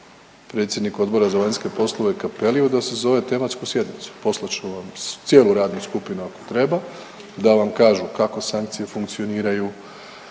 predsjedniku Odbora za vanjske polove Cappelliu da sazove tematsku sjednicu. Poslat ću vam cijelu radnu skupinu ako treba da vam kažu kako sankcije funkcioniraju,